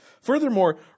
Furthermore